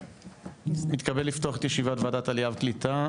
אני מתכבד לפתוח את ישיבת ועדת העלייה והקליטה,